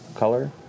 Color